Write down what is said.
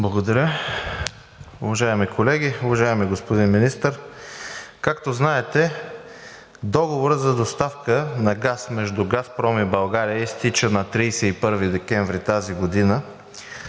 Благодаря. Уважаеми колеги, уважаеми господин Министър! Както знаете, договорът за доставка на газ между „Газпром“ и България изтича на 31 декември тази година.